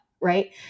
Right